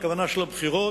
הכוונה לבחירות,